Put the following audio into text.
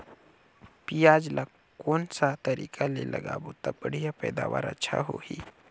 पियाज ला कोन सा तरीका ले लगाबो ता बढ़िया पैदावार अच्छा होही?